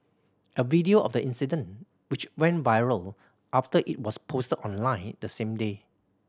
a video of the incident which went viral after it was posted online the same day